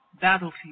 battlefield